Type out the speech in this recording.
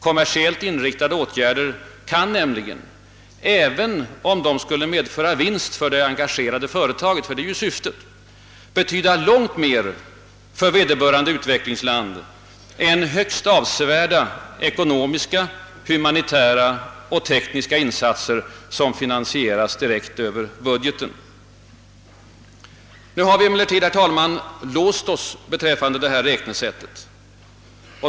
Kommersielit inriktade åtgärder kan nämligen, även om de skulle medföra vinst för det engagerade företaget — det är ju syftet — betyda långt mer för vederbörande. utvecklingsland än högst. avsevärda ekonomiska, humanitära och tekniska insatser som finansieras direkt över budgeten. Nu har vi emellertid, herr talman, låst oss beträffande detta räknesätt.